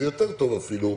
זה יותר טוב אפילו,